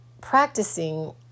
practicing